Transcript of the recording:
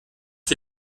für